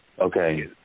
Okay